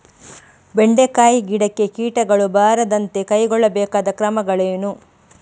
ಬೆಂಡೆಕಾಯಿ ಗಿಡಕ್ಕೆ ಕೀಟಗಳು ಬಾರದಂತೆ ಕೈಗೊಳ್ಳಬೇಕಾದ ಕ್ರಮಗಳೇನು?